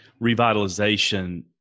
revitalization